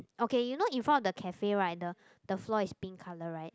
okay you know in front of the cafe right the the floor is pink color right